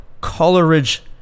coleridge